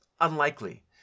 Unlikely